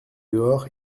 dehors